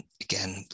again